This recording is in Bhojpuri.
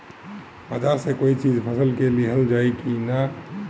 बाजार से कोई चीज फसल के लिहल जाई किना?